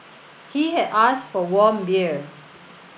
he had asked for warm beer